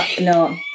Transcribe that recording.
no